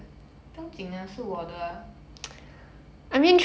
不要紧啊是我的啊